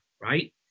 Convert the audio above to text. right